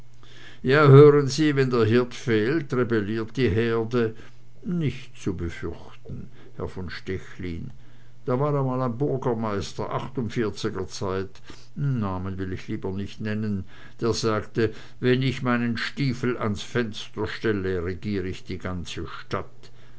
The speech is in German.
ja hören sie wenn der hirt fehlt rebelliert die herde nicht zu befürchten herr von stechlin da war mal ein burgemeister achtundvierziger zeit namen will ich lieber nicht nennen der sagte wenn ich meinen stiefel ans fenster stelle regier ich die ganze stadt